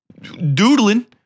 Doodling